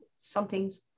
something's